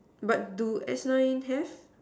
but do S nine have